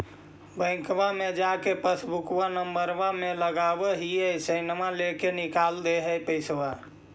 बैंकवा मे जा के पासबुकवा नम्बर मे लगवहिऐ सैनवा लेके निकाल दे है पैसवा?